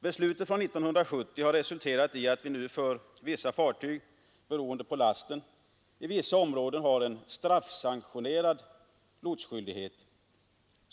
Beslutet från 1970 har resulterat i att vi nu för vissa fartyg — beroende på lasten — i vissa områden har en straffsanktionerad lotsskyldighet.